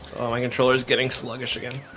my controllers getting sluggish again.